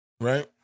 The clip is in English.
right